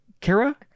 kara